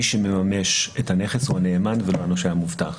מי שמממש את הנכס הוא הנאמן ולא הנושה המובטח.